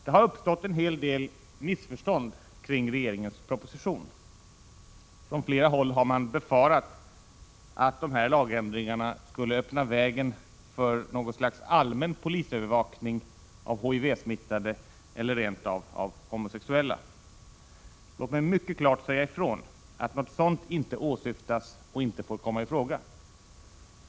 Det har uppstått en hel del missförstånd kring regeringens proposition. Från flera håll har man befarat att de här lagändringarna skulle öppna vägen för något slags allmän polisövervakning av HIV-smittade eller rent av av homosexuella. Låt mig mycket klart säga ifrån att något sådant inte åsyftas och inte får komma i fråga.